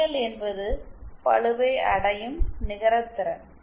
PL என்பது பளுவை அடையும் நிகர திறன்